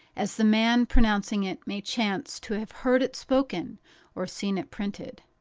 as the man pronouncing it may chance to have heard it spoken or seen it printed.